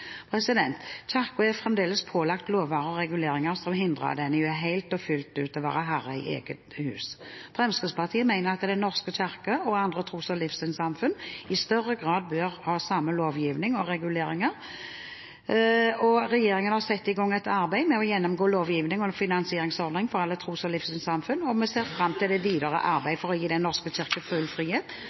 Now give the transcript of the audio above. er fremdeles pålagt lover og reguleringer som hindrer den i å være helt og fullt herre i eget hus. Fremskrittspartiet mener at Den norske kirke og andre tros- og livssynssamfunn i større grad bør ha samme lovgivning og reguleringer. Regjeringen har satt i gang arbeidet med å gjennomgå lovgivning og finansieringsordninger for alle tros- og livssynssamfunn, og vi ser fram til det videre arbeid for å gi Den norske kirke full frihet,